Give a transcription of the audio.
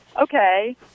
Okay